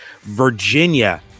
Virginia